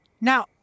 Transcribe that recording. Now